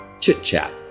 chit-chat